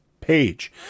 page